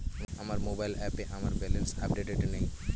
আমার মোবাইল অ্যাপে আমার ব্যালেন্স আপডেটেড নেই